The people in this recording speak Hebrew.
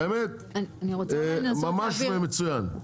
באמת, ממש מצוין.